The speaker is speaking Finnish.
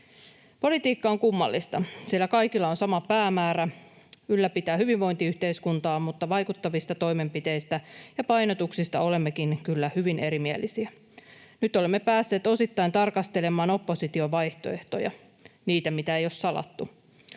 Politiikka on kummallista, sillä kaikilla on sama päämäärä, ylläpitää hyvinvointiyhteiskuntaa, mutta vaikuttavista toimenpiteistä ja painotuksista olemmekin kyllä hyvin erimielisiä. Nyt olemme päässeet osittain tarkastelemaan opposition vaihtoehtoja, niitä, mitä ei ole salattu.